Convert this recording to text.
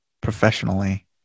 professionally